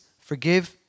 Forgive